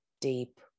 deep